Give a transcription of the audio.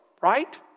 right